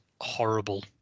horrible